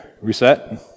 reset